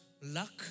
luck